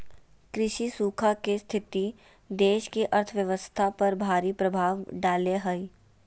कृषि सूखा के स्थिति देश की अर्थव्यवस्था पर भारी प्रभाव डालेय हइ